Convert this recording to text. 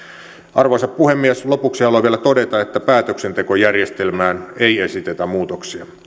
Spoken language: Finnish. arvoisa puhemies lopuksi haluan vielä todeta että päätöksentekojärjestelmään ei esitetä muutoksia